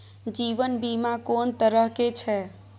जीवन बीमा कोन तरह के छै?